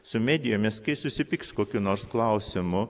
su medijomis kai susipyks su kokiu nors klausimu